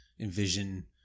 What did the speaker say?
envision